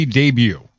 debut